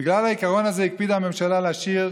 בגלל העיקרון הזה הקפידה הממשלה להשאיר